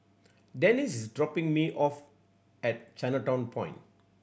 Denice is dropping me off at Chinatown Point